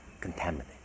contaminate